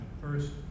first